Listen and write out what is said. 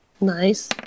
Nice